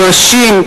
נואשים,